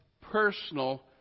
personal